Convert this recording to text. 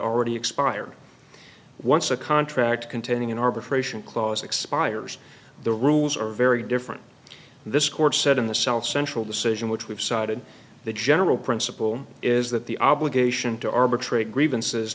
already expired once a contract containing an arbitration clause expires the rules are very different this court said in the south central decision which we've cited the general principle is that the obligation to arbitrate grievances